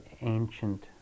ancient